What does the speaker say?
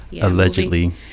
Allegedly